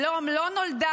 "שלום", לא נולדה